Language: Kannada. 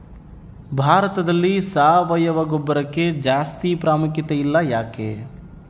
ಭಾರತದಲ್ಲಿ ಸಾವಯವ ಗೊಬ್ಬರಕ್ಕೆ ಜಾಸ್ತಿ ಪ್ರಾಮುಖ್ಯತೆ ಇಲ್ಲ ಯಾಕೆ?